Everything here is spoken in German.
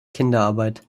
kinderarbeit